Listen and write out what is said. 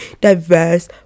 diverse